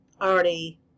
already